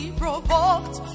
provoked